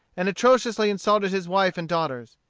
and atrociously insulted his wife and daughters.